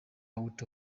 out